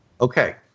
Okay